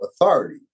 authority